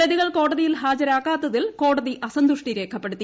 പ്രതികൾ കോടതിയിൽ ഹാജരാകാത്തതിൽ കോടതി അസന്തുഷ്ടി രേഖപ്പെടുത്തി